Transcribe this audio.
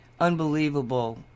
Unbelievable